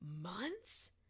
months